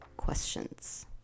questions